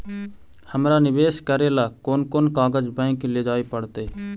हमरा निवेश करे ल कोन कोन कागज बैक लेजाइ पड़तै?